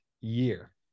year